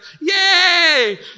yay